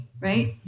right